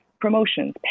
promotions